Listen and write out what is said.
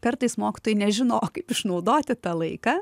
kartais mokytojai nežino o kaip išnaudoti tą laiką